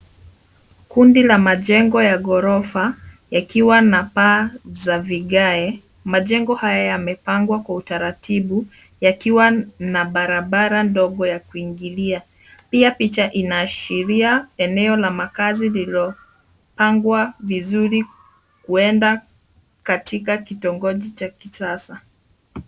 Kundi la majengo ya ghorofa, yakiwa na paa za vigae. Majengo haya yamepangwa kwa utaratibu yakiwa na barabara ndogo ya kuingilia. Pia picha inaashiria eneo la makazi lililopangwa vizuri huenda katika kitongoji cha kisasa.